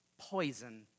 poison